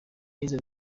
nize